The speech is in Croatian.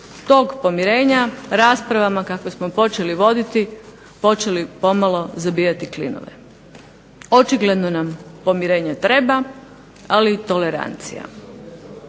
tog pomirenja, raspravama kakve smo počeli voditi počeli pomalo zabijati klinove. Očigledno nam pomirenje treba, ali i tolerancija.